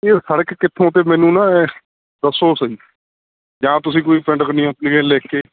ਇਹ ਸੜਕ ਕਿੱਥੋਂ ਤੇ ਮੈਨੂੰ ਨਾ ਦੱਸੋ ਸਹੀ ਜਾਂ ਤੁਸੀਂ ਕੋਈ ਪਿੰਡ ਕੰਨਿਓ ਲਿਖ ਕੇ